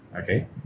okay